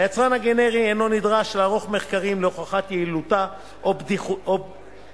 היצרן הגנרי אינו נדרש לערוך מחקרים להוכחת יעילותה או בטיחותה